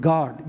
God